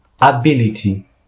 ability